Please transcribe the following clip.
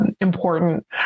important